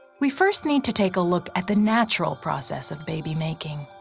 we first need to take a look at the natural process of baby making.